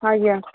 ଆଜ୍ଞା